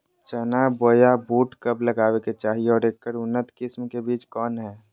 चना बोया बुट कब लगावे के चाही और ऐकर उन्नत किस्म के बिज कौन है?